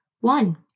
one